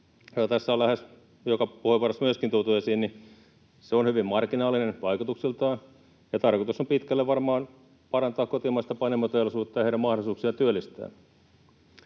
joka puheenvuorossa myöskin tuotu esiin. Se on hyvin marginaalinen vaikutuksiltaan, ja tarkoitus on pitkälle varmaan parantaa kotimaista panimoteollisuutta ja heidän